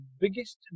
biggest